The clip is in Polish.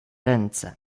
ręce